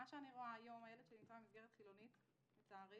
היום הילד שלי נמצא במסגרת חילונית לצערי,